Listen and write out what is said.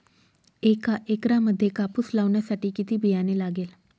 एका एकरामध्ये कापूस लावण्यासाठी किती बियाणे लागेल?